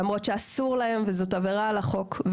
למרות שאסור להם וזו עבירה על החוק.